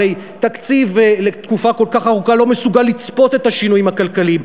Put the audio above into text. הרי תקציב לתקופה כל כך ארוכה לא מסוגל לצפות את השינויים הכלכליים.